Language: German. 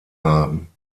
haben